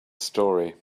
story